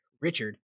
Richard